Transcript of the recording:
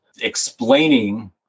explaining